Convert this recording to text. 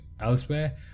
elsewhere